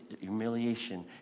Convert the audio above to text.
humiliation